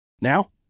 Now